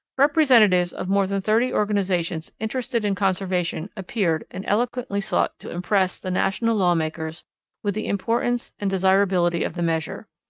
representatives of more than thirty organizations interested in conservation appeared and eloquently sought to impress the national lawmakers with the importance and desirability of the measure.